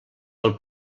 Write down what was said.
del